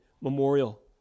memorial